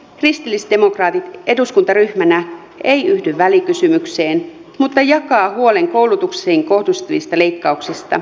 kristillisdemokraatit eduskuntaryhmänä ei yhdy välikysymykseen mutta jakaa huolen koulutukseen kohdistuvista leikkauksista